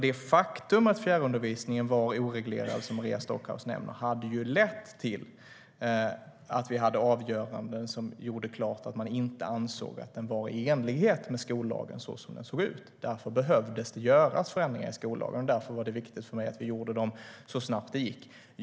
Det faktum att fjärrundervisningen var oreglerad - som Maria Stockhaus nämner - hade ju lett till att det fanns avgöranden som klart visade att man inte ansåg att det var i enlighet med skollagen. Därför behövde man göra förändringar i skollagen. Det var då viktigt för mig att vi genomförde dem så snabbt som möjligt.